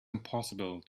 impossible